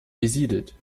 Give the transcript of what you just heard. besiedelt